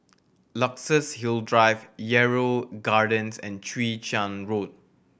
Luxus Hill Drive Yarrow Gardens and Chwee Chian Road